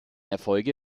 erfolge